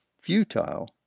futile